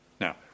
Now